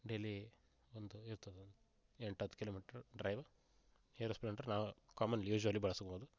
daily ಒಂದು ಇರ್ತದೆ ಎಂಟು ಹತ್ತು ಕಿಲೋಮೀಟ್ರು ಡ್ರೈವ್ ಹೀರೊ ಸ್ಲೆಂಡ್ರ್ ನಾವು ಕಾಮನ್ ಯೂಸ್ವಲಿ ಬಳಸ್ಬೋದು